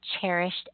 cherished